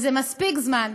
וזה מספיק זמן,